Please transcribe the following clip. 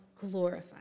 glorified